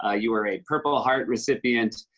ah you are a purple heart recipient.